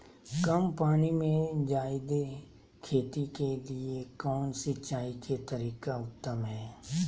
कम पानी में जयादे खेती के लिए कौन सिंचाई के तरीका उत्तम है?